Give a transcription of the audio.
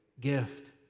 gift